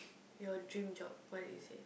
your dream job what is it